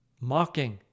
mocking